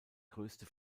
größte